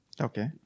Okay